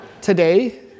Today